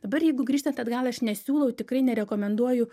dabar jeigu grįžtant atgal aš nesiūlau tikrai nerekomenduoju